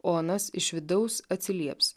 o anas iš vidaus atsilieps